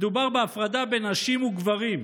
מדובר בהפרדה בין נשים לגברים.